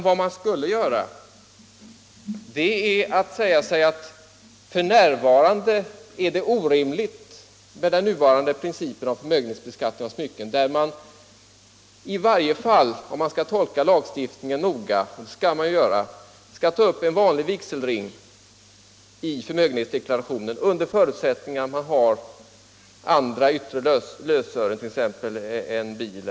Vad man skulle göra borde vara att säga sig att det f.n. är orimligt med den nuvarande principen för förmögenhetsbeskattning på smycken, där man, i varje fall om man skall tolka lagstiftningen noga och efter bokstaven — och det skall man ju göra — skall ta upp en vanlig vigselring i förmögenhetsdeklarationen, under förutsättning att man har andra lösören att ta upp, t.ex. en bil.